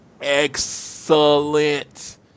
excellent